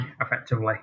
effectively